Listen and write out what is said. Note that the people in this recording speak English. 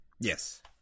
Yes